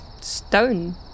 stone